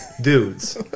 dudes